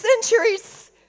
centuries